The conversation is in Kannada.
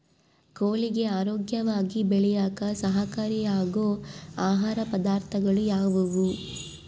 ಕೋಳಿಗೆ ಆರೋಗ್ಯವಾಗಿ ಬೆಳೆಯಾಕ ಸಹಕಾರಿಯಾಗೋ ಆಹಾರ ಪದಾರ್ಥಗಳು ಯಾವುವು?